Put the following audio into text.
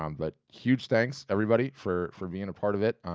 um but huge thanks, everybody, for for being a part of it.